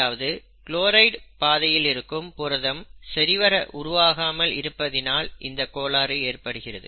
அதாவது குளோரைட் பாதையில் இருக்கும் புரதம் சரிவர உருவாகாமல் இருப்பதினால் இந்தக் கோளாறு ஏற்படுகிறது